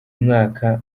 mwaka